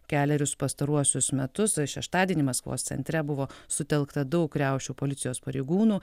kelerius pastaruosius metus o šeštadienį maskvos centre buvo sutelkta daug riaušių policijos pareigūnų